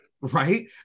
right